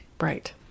right